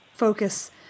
focus